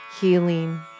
Healing